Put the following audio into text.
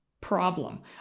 problem